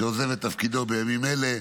שעוזב את תפקידו בימים אלה,